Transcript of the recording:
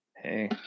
Hey